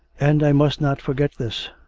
and i must not forget this,